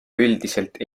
üldiselt